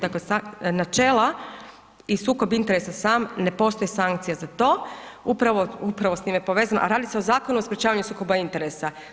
Dakle, načela i sukob interesa sam ne postoje sankcije za to, upravo, upravo s tim je povezano, a radi se o Zakonu o sprječavanju sukoba interesa.